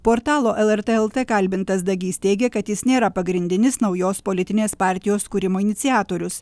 portalo lrt lt kalbintas dagys teigė kad jis nėra pagrindinis naujos politinės partijos kūrimo iniciatorius